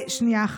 שנייה אחת.